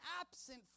absent